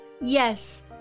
Yes